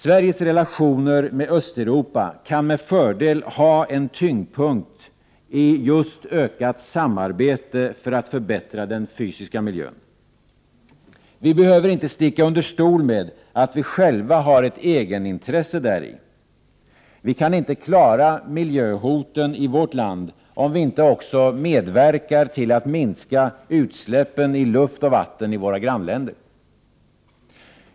Sveriges relationer med Östeuropa kan med fördel ha en tyngdpunkt i just ökat samarbete för att förbättra den fysiska miljön. Vi behöver inte sticka under stol med att vi själva har ett egenintresse däri. Vi kan inte klara miljöhoten i vårt land, om vi inte också medverkar till att minska utsläppen i luft och vatten i våra grannländer.